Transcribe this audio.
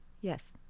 Yes